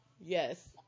Yes